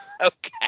Okay